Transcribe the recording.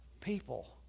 people